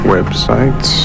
Websites